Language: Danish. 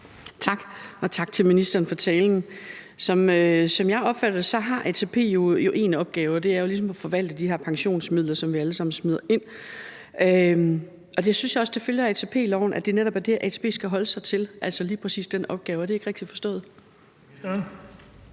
Tak. Og tak til ministeren for talen. Som jeg opfatter det, har ATP én opgave, og det er jo ligesom at forvalte de her pensionsmidler, som vi alle sammen smider ind. Og jeg synes også, at det følger af ATP-loven, at det netop er det, ATP skal holde sig til, altså lige præcis den opgave. Er det ikke rigtigt forstået?